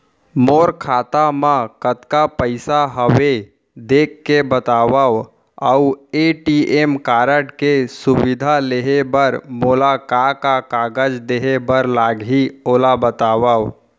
मोर खाता मा कतका पइसा हवये देख के बतावव अऊ ए.टी.एम कारड के सुविधा लेहे बर मोला का का कागज देहे बर लागही ओला बतावव?